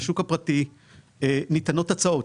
בשוק הפרטי ניתנות הצעות,